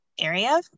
area